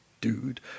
dude